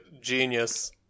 genius